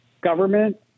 government